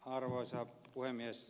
arvoisa puhemies